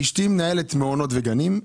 אשתי מנהלת מעונות וגנים,